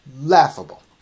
laughable